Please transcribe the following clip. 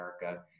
America